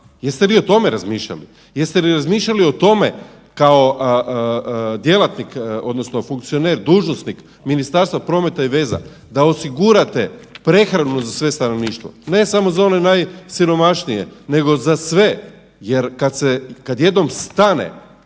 Jeste li o tome razmišljali, jeste li razmišljali o tome kao djelatnik odnosno funkcioner, dužnosnik Ministarstva prometa i veza, da osigurate prehranu za sve stanovništvo, ne samo za one najsiromašnije, nego za sve, jer kad jednom stane